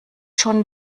schon